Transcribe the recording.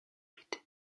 limité